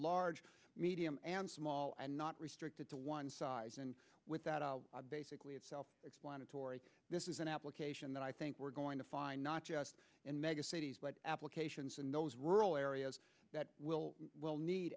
large medium and small and not restricted to one size and without basically it's self explanatory this is an application that i think we're going to find not just in megacities applications and those rural areas that will will need